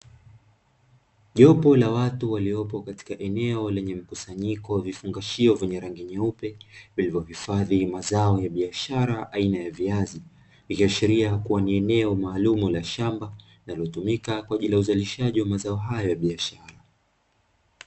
Jopo la watu waliopo katika eneo lenye mkusanyiko wa vifungashio vya rangi nyeupe vilivyohifadhi mazao ya biashara aina ya viazi, ikiashiria kuwa ni eneo maalumu la shamba linalotumika kwa ajili ya uzalishaji wa mazao hayo ya biashara.